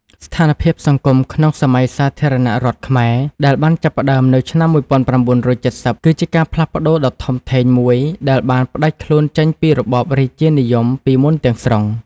ស្ថានភាពសង្គមក្នុងសម័យសាធារណរដ្ឋខ្មែរដែលបានចាប់ផ្តើមនៅឆ្នាំ ១៩៧០ គឺជាការផ្លាស់ប្តូរដ៏ធំធេងមួយដែលបានផ្តាច់ខ្លួនចេញពីរបបរាជានិយមពីមុនទាំងស្រុង។